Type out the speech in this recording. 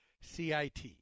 CIT